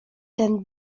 ten